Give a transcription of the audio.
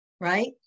right